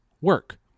work